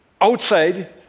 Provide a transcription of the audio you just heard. Outside